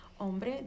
hombre